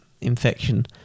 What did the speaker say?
infection